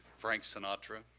frank sinatra,